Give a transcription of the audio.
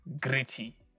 gritty